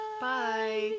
Bye